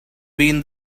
been